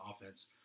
offense